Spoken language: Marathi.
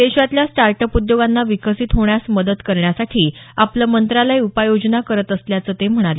देशातल्या स्टार्ट अप उद्योगांना विकसित होण्यास मदत करण्यासाठी आपलं मंत्रालय उपाययोजना करत असल्याचं ते म्हणाले